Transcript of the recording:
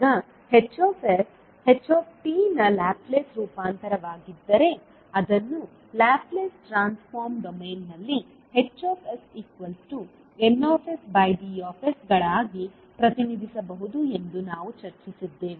ಈಗ Hs ht ನ Laplace ರೂಪಾಂತರವಾಗಿದ್ದರೆ ಅದನ್ನು ಲ್ಯಾಪ್ಲೇಸ್ ಟ್ರಾನ್ಸ್ಫಾರ್ಮ್ ಡೊಮೇನ್ನಲ್ಲಿ HsNsDs ಗಳಾಗಿ ಪ್ರತಿನಿಧಿಸಬಹುದು ಎಂದು ನಾವು ಚರ್ಚಿಸಿದ್ದೇವೆ